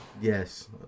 Yes